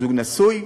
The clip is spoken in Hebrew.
זוג נשוי,